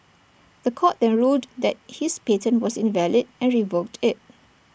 The Court then ruled that his patent was invalid and revoked IT